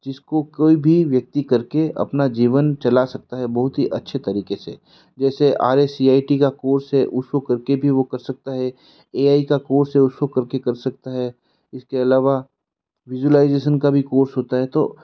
जिस को कोई भी व्यक्ति कर के अपना जीवन चला सकता है बहुत ही अच्छे तरीक़े से जैसे R A C I T का कोर्स है उसको कर के भी वो कर सकता है ए आई का कोर्स है उसको कर के कर सकता है इसके अलावा विजुलाइजेसन का भी कोर्स होता है तो